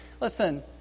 listen